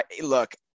Look